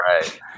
right